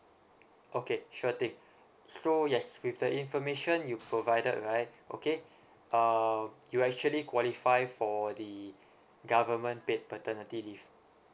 okay sure thing so yes with the information you provided right okay err you actually qualify for the government paid paternity leave